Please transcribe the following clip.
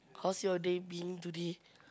how's your day being today